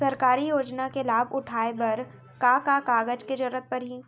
सरकारी योजना के लाभ उठाए बर का का कागज के जरूरत परही